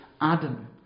Adam